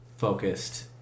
focused